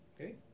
okay